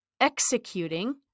executing